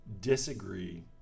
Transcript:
disagree